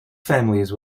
families